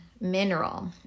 mineral